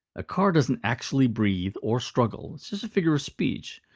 a car doesn't actually breathe or struggle it's just a figure of speech.